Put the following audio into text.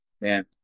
Man